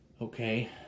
Okay